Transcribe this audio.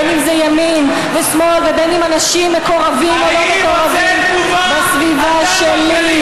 בין שזה ימין ושמאל ובין שזה אנשים מקורבים או לא מקורבים בסביבה שלי,